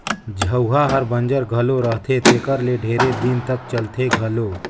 झउहा हर बंजर घलो रहथे तेकर ले ढेरे दिन तक चलथे घलो